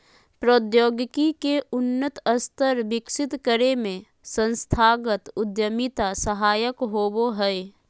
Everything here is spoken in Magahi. प्रौद्योगिकी के उन्नत स्तर विकसित करे में संस्थागत उद्यमिता सहायक होबो हय